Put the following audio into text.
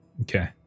Okay